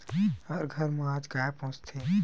हर घर म आज गाय पोसथे